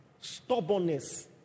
stubbornness